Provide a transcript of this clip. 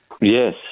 Yes